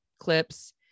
clips